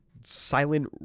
silent